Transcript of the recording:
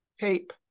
tape